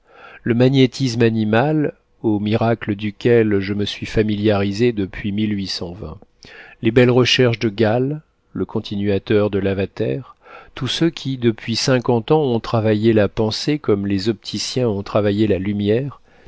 le magnétisme animal aux miracles duquel je me suis familiarisé depuis les belles recherches de gall le continuateur de lavater tous ceux qui depuis cinquante ans ont travaillé la pensée comme les opticiens ont travaillé la lumière